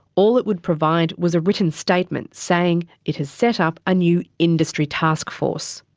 all it would provide was a written statement saying it has set up a new industry taskforce.